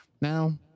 Now